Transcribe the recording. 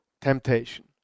temptation